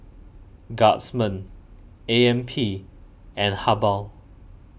Guardsman A M P and Habhal